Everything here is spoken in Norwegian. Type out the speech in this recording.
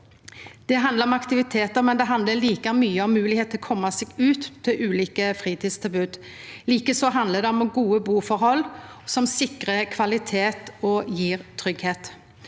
Det handlar om aktivitetar, men det handlar like mykje om moglegheit til å koma seg ut til ulike fritidstilbod. Likeså handlar det om gode buforhold, som sikrar kvalitet og gjev tryggleik.